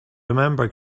remember